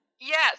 Yes